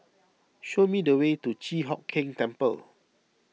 show me the way to Chi Hock Keng Temple